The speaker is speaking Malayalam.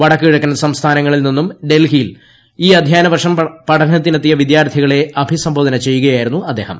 വടക്കുകിഴക്കൻ സംസ്ഥാനങ്ങളിൽ നിന്നും ഡൽഹിയിൽ ഈ അധ്യയന വർഷം പഠനത്തിനെത്തിയ വിദ്യാർത്ഥികളെ അഭിസംബോധന ചെയ്യുകയായിരുന്നു അദ്ദേഹം